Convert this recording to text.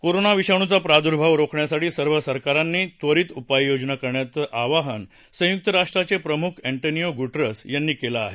corona विषाणूचा प्रादुर्भाव रोखण्यासाठी सर्व सरकारांनी त्वरीत उपाययोजना करव्यात असं अवाहन संयुक्त राष्ट्राचे प्रमुख अँटेनिओ गुटेरस यांनी केलं आहे